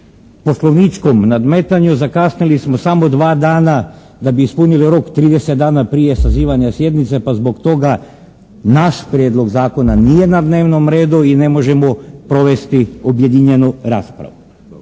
poslovničkom nadmetanju zakasnili smo samo dva dana da bi ispunili rok 30 dana prije sazivanja sjednice pa zbog toga naš prijedlog zakona nije na dnevnom redu i ne možemo provesti objedinjenu raspravu.